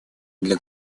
для